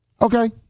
Okay